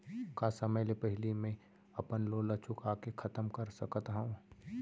का समय ले पहिली में अपन लोन ला चुका के खतम कर सकत हव?